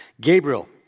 Gabriel